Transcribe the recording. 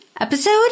episode